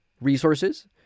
resources